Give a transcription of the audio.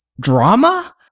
drama